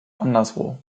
anderswo